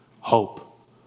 hope